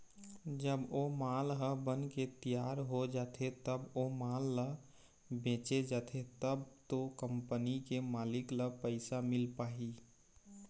जब ओ माल ह बनके तियार हो जाथे तब ओ माल ल बेंचे जाथे तब तो कंपनी के मालिक ल पइसा मिल पाही